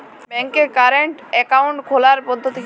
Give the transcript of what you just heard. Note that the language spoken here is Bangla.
ব্যাংকে কারেন্ট অ্যাকাউন্ট খোলার পদ্ধতি কি?